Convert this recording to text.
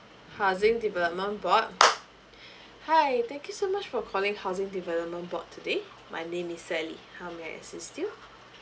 housing development board hi thank you so much for calling housing development board today my name is sally how may I assist you